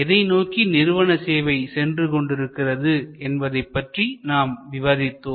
எதை நோக்கி நிறுவன சேவை சென்று கொண்டிருக்கிறது என்பதை பற்றி நாம் விவாதித்தோம்